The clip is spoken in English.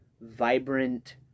vibrant